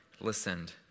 Listened